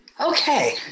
Okay